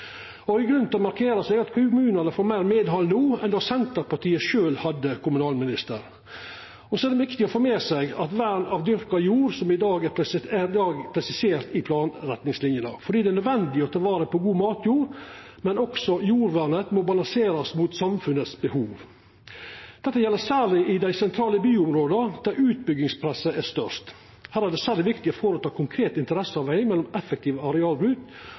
får meir medhald no enn då Senterpartiet sjølv hadde kommunalministeren. Så er det viktig å få med seg at vern av dyrka jord er i dag presisert i planretningslinene, fordi det er nødvendig å ta vare på god matjord, men også jordvernet må balanserast mot samfunnets behov. Dette gjeld særleg i dei sentrale byområda, der utbyggingspresset er størst. Her er det særleg viktig å føreta ei konkret interesseavveging mellom effektiv arealbruk,